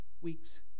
weeks